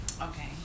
okay